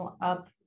up